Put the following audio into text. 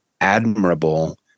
admirable